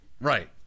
Right